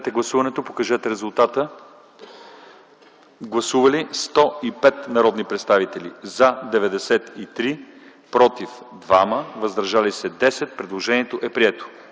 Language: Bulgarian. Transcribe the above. Гласували 105 народни представители: за 93, против 2, въздържали се 10. Предложението е прието.